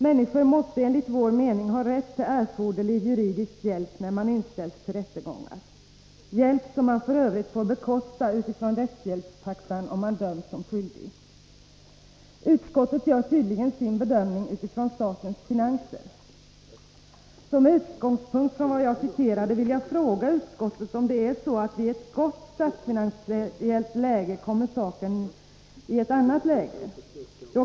Människor måste enligt vår. mening ha rätt till erforderlig juridisk hjälp när de inställs till rättegång. Det är en hjälp som manf. ö. får bekosta utifrån rättshjälpstaxan;, om man döms som: skyldig. Utskottet gör tydligen sin bedömning utifrån statens finanser. Med utgångspunkt i vad jag citerade vill jag fråga utskottet, om saken kommeri ett annat lägei en statsfinansiellt god situation.